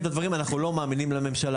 את הדברים אנחנו לא מאמינים לממשלה,